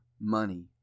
money